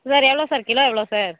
sir எவ்வளோ sir kilo எவ்வளோ sir